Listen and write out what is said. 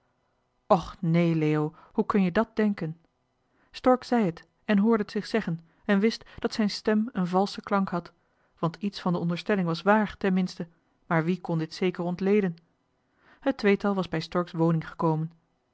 och nee leo hoe kun je dàt denken stork zei het en hoorde t zich zeggen en wist dat zijn stem een valschen klank had want iets van de onderstelling was wel waar ten minste maar wie kon dit zeker ontleden het tweetal was bij stork's woning gekomen